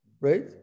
right